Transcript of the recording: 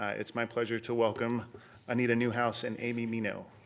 it's my pleasure to welcome anita newhouse and amy mino.